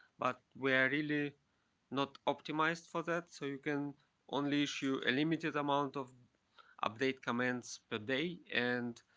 but we are really not optimized for that. so you can only issue a limited amount of update commands per day. and